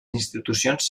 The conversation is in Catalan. institucions